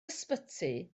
ysbyty